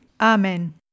Amen